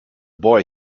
boy